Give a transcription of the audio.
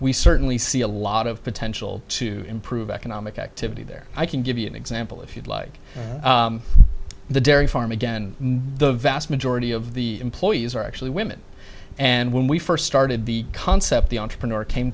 we certainly see a lot of potential to improve economic activity there i can give you an example if you'd like the dairy farm again the vast majority of the employees are actually women and when we first started the concept the entrepreneur came